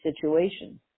situation